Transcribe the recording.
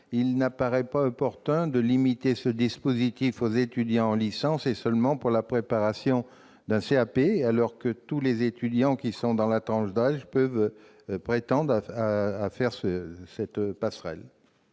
il n'apparaît pas opportun de limiter ce dispositif aux étudiants en licence et à la préparation d'un CAP, alors que tous les étudiants de la tranche d'âge peuvent prétendre à cette passerelle.